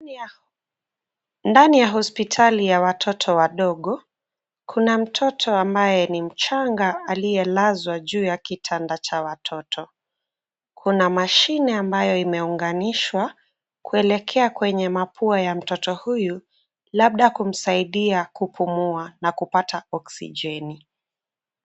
Ndani ya hospitali ya watoto wadogo, kuna mtoto ambaye ni mchanga aliyelazwa juu ya kitanda cha watoto. Kuna mashine ambayo imeunganishwa kuelekea kwenye mapua ya mtoto huyu labda kumsaidia kupumua na kupata oksijeni.